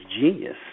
genius